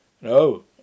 No